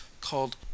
called